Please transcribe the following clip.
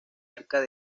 alta